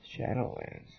Shadowlands